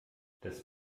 das